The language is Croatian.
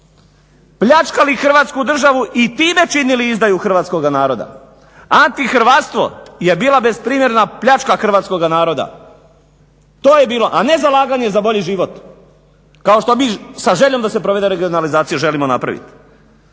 pljačkali Hrvatsku državu i time činili izdaju hrvatskoga naroda. Antihrvatstvo je bila besprimjerena pljačka hrvatskoga naroda, to je bilo, a ne zalaganje za bolji život kao što mi sa željom da se provede regionalizacija želimo napraviti.